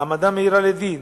העמדה מהירה לדין